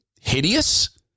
hideous